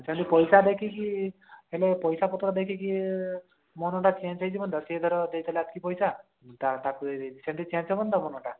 ସେମତି ପଇସା ଦେଖିକି ହେଲେ ପଇସା ପତର ଦେଖିକି ମନଟା ଚେଞ୍ଜ୍ ହୋଇ ଯିବନି ତ ସିଏ ଧର ଦେଇଥିଲା ଏତିକି ପଇସା ତା ତାକୁ ଦେଇଦେବି ସେମିତି ଚେଞ୍ଜ୍ ହେବନି ତ ମନଟା